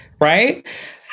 right